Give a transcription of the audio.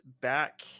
back